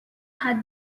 had